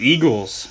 Eagles